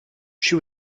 she